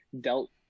dealt